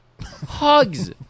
Hugs